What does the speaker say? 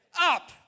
up